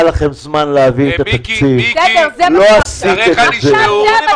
היה לכם זמן להביא את התקציב אך לא עשיתם את זה.